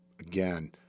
again